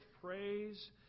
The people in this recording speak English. praise